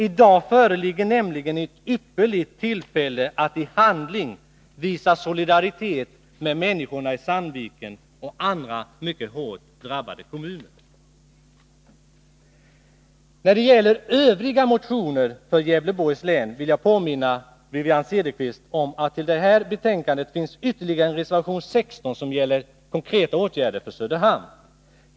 I dag föreligger nämligen ett ypperligt tillfälle att i handling visa solidaritet med människorna i Sandviken och andra mycket hårt drabbade kommuner. När det gäller övriga motioner om Gävleborgs län vill jag påminna Wivi-Anne Cederqvist om att till det här betänkandet finns ytterligare en reservation, nr 16, som gäller konkreta åtgärder för Söderhamn.